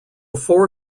four